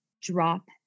drop